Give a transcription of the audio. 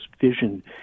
vision